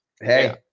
hey